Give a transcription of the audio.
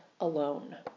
alone